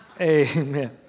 Amen